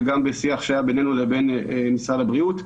וגם בשיח שהיה בינינו לבין משרד הבריאות.